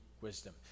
wisdom